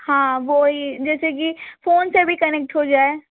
हाँ वो ही जैसे कि फोन से भी कनेक्ट हो जाए